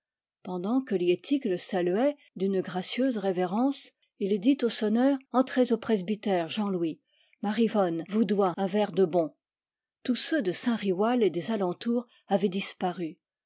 pendant que liettik le saluait d'une gracieuse révérence il disait au sonneur entrez au presbytère jean louis mar y vanne vous doit un verre de bon tous ceux de saint riwal et des alentours avaient disparu